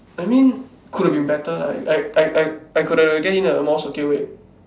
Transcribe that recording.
I mean could have been better like I I I I could've get in a more secured way